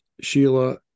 Sheila